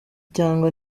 cyangwa